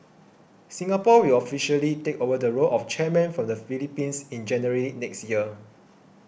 Singapore will officially take over the role of chairman from the Philippines in January next year